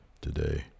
today